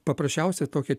paprasčiausia tokia